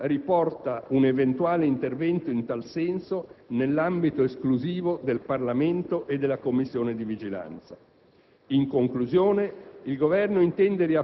proprio in quanto la normativa stessa riporta un eventuale intervento in tal senso nell'ambito esclusivo del Parlamento e della Commissione di vigilanza.